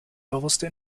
bewusste